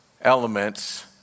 elements